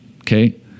okay